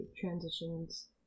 transitions